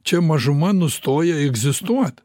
čia mažuma nustoja egzistuot